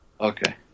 Okay